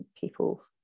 people